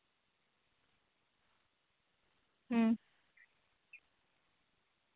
ᱦᱩᱸ